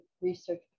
research